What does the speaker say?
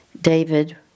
David